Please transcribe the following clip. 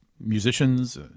musicians